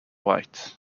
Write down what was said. white